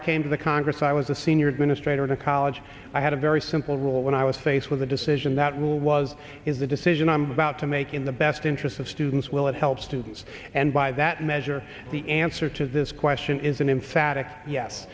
i came to the congress i was a senior administrator in a college i had a very simple rule when i was faced with a decision that rule was is the decision i'm about to make in the best interests of students will it help students and by that measure the answer to this question is an emphatic yes